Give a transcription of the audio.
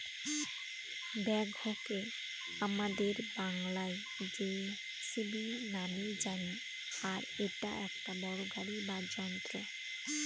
ব্যাকহোকে আমাদের বাংলায় যেসিবি নামেই জানি আর এটা একটা বড়ো গাড়ি বা যন্ত্র